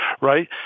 right